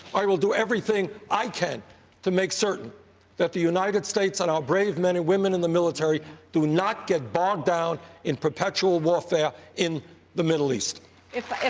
i will do everything i can to make certain that the united states and our brave men and women in the military do not get bogged down in perpetual warfare in the middle east. clinton if i